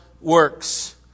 works